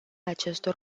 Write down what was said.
acestor